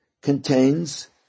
contains